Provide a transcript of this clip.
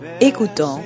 Écoutons